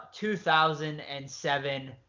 2007